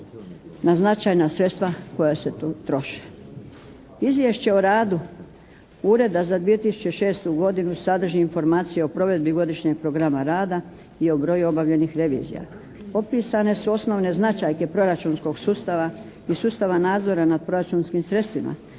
na značajna sredstva koja se tu troše. Izvješće o radu Ureda za 2006. godinu sadrži informacije o provedbi godišnjeg programa rada i o broju obavljenih revizija. Opisane su osnovne značajke proračunskog sustava i sustava nadzora nad proračunskim sredstvima